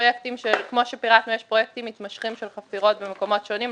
כמו שפירטנו יש פרויקטים מתמשכים של חפירות במקומות שונים,